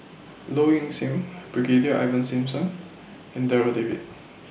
Low Ing Sing Brigadier Ivan Simson and Darryl David